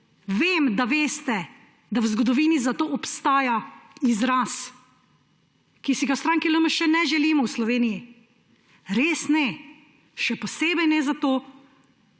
vem, da veste, da v zgodovini zato obstaja izraz, ki si ga v stranki LMŠ ne želimo v Sloveniji, res ne, še posebej ne zato,